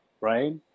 right